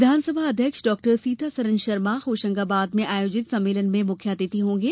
विधानसभा अध्यक्ष डॉ सीतासरण शर्मा होशंगाबाद में आयोजित सम्मेलन में मुख्य अतिथि होंगे